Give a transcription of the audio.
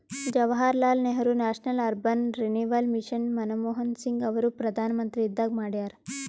Jawaharlal Nehru national urban renewal mission Manmohan Singh ಅವರು ಪ್ರಧಾನ್ಮಂತ್ರಿ ಇದ್ದಾಗ ಮಾಡ್ಯಾರ್